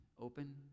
open